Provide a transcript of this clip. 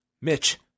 Mitch